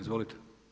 Izvolite.